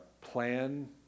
plan